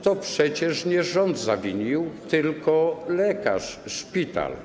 To przecież nie rząd zawinił, tylko lekarz, szpital.